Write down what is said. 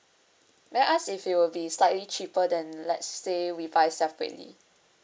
may I ask if it will be slightly cheaper than let say we buy separately